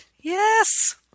yes